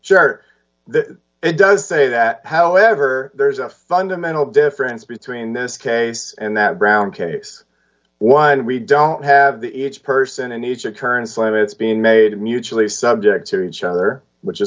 right it does say that however two there is a fundamental difference between this case and that brown case one we don't have the each person in each occurrence limits being made mutually subject to each other which is